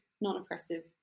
non-oppressive